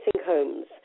homes